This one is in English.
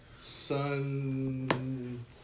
Sun